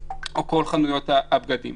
אני מקווה לחזור כבר השבוע, בעזרת השם,